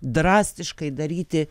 drastiškai daryti